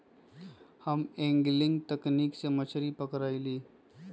हम एंगलिंग तकनिक से मछरी पकरईली